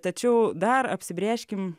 tačiau dar apsibrėžkim